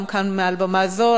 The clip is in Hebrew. גם כאן מעל במה זו,